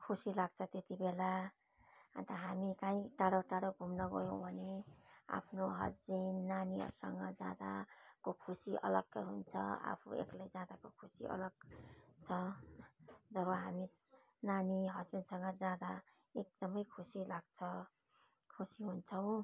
खुसी लाग्छ त्यतिबेला अन्त हामी कहीँ टाढो टाढो घुम्न गयौँ भने आफ्नो हस्बेन्ड नानीहरूसँग जाँदाको खुसी अलग्गै हुन्छ आफू एक्लै जाँदाको खुसी अलग हुन्छ जब हामी नानी हस्बेन्डसँग जाँदा एकदमै खुसी लाग्छ खुसी हुन्छौँ